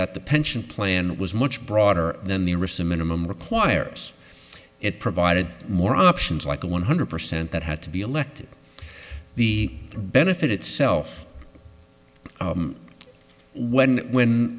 that the pension plan was much broader than the recent minimum requires it provided more options like a one hundred percent that had to be elected the benefit itself when